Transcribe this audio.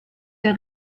der